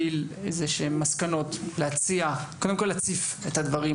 אנחנו נציף תחילה את הדברים,